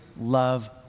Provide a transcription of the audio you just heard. love